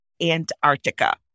Antarctica